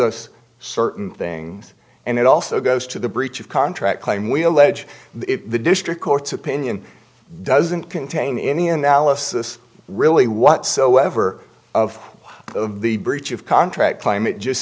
us certain things and it also goes to the breach of contract claim we allege the district court's opinion doesn't contain any analysis really whatsoever of one of the breach of contract claim it just